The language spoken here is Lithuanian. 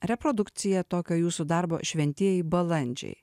reprodukciją tokio jūsų darbo šventieji balandžiai